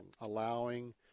allowing